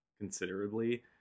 considerably